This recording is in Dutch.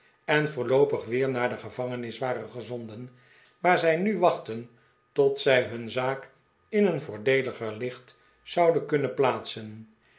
en voorloopig weer naar de gevangenis waren gezonden waar zij nu wachtten tot zij hun zaak in een voordeeliger licht zouden kunnen plaatsen